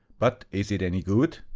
but is it any good?